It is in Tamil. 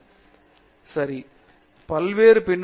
பேராசிரியர் பிரதாப் ஹரிதாஸ் எப்படி அளவிட பயன்படுகிறது